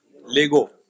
Lego